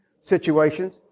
situations